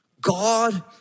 God